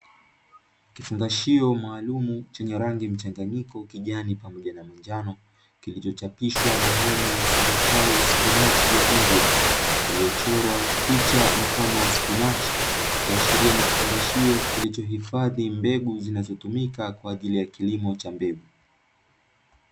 Kifungashio maalumu chenye rangi mchanganyiko kijani pamoja na manjano, kilichochapishwa maneno yasomekayo ''spinachi ya india'', iliyochorwa picha mfano wa spinachi, ikiashiria ni kifungashio kilichohifadhi mbegu zinazotumika kwa ajili ya kilimo cha mbegu.